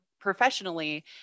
professionally